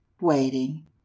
waiting